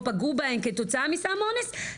או פגעו בהן כתוצאה מסם אונס,